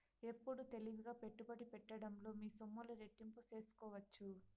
ఎప్పుడు తెలివిగా పెట్టుబడి పెట్టడంలో మీ సొమ్ములు రెట్టింపు సేసుకోవచ్చు